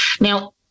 Now